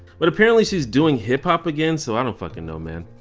but apparently she's doing hiphop again, so i don't fucking know man.